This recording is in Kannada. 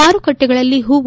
ಮಾರುಕಟ್ಟೆಗಳಲ್ಲಿ ಹೂವು